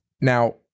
Now